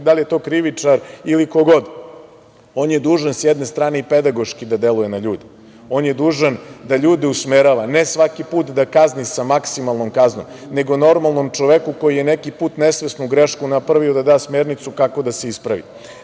prekršajni, krivičar ili ko god, on je dužan s jedne strane i pedagoški da deluje na ljude, on je dužan da ljude usmerava, ne svaki put da kazni sa maksimalnom kaznom, nego normalnom čoveku koji je neki put nesvesnu grešku napravio da da smernicu kako da se ispravi. Sticajem